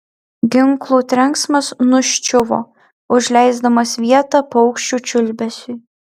ginklų trenksmas nuščiuvo užleisdamas vietą paukščių čiulbesiui